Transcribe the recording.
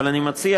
אבל אני מציע,